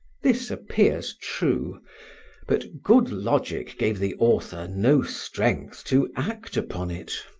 this appears true but good logic gave the author no strength to act upon it.